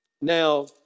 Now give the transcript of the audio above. Now